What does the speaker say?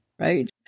Right